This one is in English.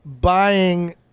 buying